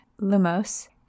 lumos